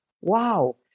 wow